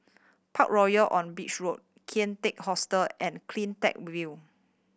Parkroyal on Beach Road Kian Teck Hostel and Cleantech View